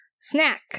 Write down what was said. Snack